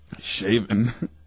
Shaven